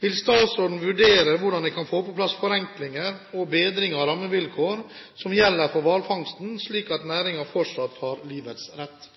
Vil statsråden vurdere hvordan en kan få på plass forenklinger og bedring av rammevilkår som gjelder for hvalfangsten, slik at næringen fortsatt har livets rett?»